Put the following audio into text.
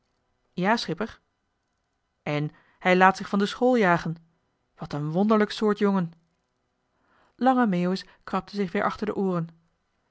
ja schipper en hij laat zich van de school jagen wat een wonderlijk soort jongen lange meeuwis krabde zich weer achter de ooren